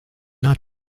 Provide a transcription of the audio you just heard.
not